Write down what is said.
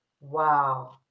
Wow